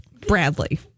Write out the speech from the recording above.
Bradley